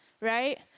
right